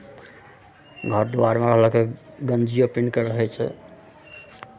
घर दुआरिमे रहलक गंजिओ पिन्ह कऽ रहै छै